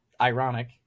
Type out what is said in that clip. ironic